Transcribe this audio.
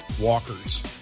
Walkers